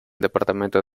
departamento